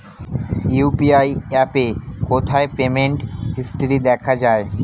UPI অ্যাপে কোথায় payment history দেখা যায়?